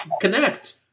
connect